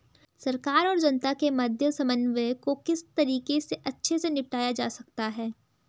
सरकार और जनता के मध्य समन्वय को किस तरीके से अच्छे से निपटाया जा सकता है?